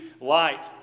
light